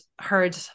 heard